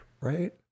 right